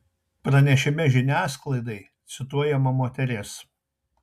pranešime žiniasklaidai cituojama moteris